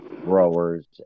growers